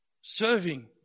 serving